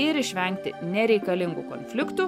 ir išvengti nereikalingų konfliktų